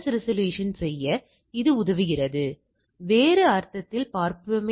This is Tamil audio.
உங்களால் இன்னும் இந்த வளைவுகளை இங்கே காணமுடியும்